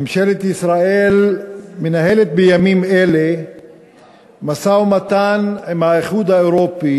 ממשלת ישראל מנהלת בימים אלה משא-ומתן עם האיחוד האירופי